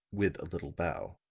with a little bow,